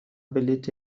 بلیط